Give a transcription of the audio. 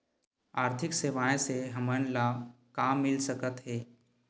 आर्थिक सेवाएं से हमन ला का मिल सकत हे?